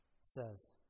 says